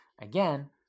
Again